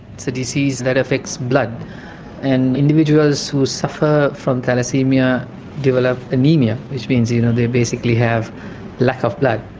it's a disease that affects blood and individuals who suffer from thalassaemia develop anaemia which means you know, they basically have lack of blood.